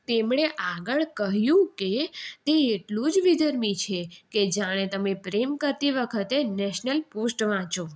તેમણે આગળ કહ્યું કે તે એટલું જ વિધર્મી છે કે જાણે તમે પ્રેમ કરતી વખતે નેશનલ પોસ્ટ વાંચો